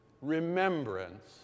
remembrance